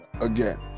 again